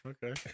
Okay